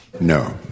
No